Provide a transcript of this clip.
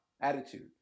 attitude